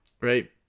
right